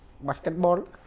basketball